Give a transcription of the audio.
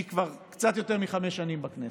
אני כבר קצת יותר מחמש שנים בכנסת,